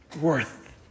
worth